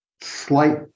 slight